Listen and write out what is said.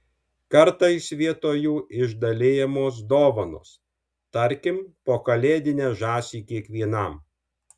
kartais vietoj jų išdalijamos dovanos tarkim po kalėdinę žąsį kiekvienam